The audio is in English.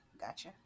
Gotcha